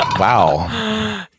wow